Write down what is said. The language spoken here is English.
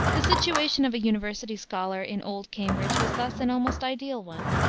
the situation of a university scholar in old cambridge was thus an almost ideal one.